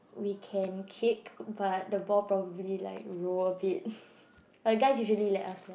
we can kick but the ball probably like roll a bit like guys usually let us lah